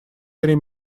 три